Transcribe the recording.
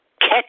catch